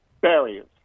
barriers